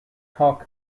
koch